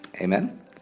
Amen